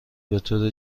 بطور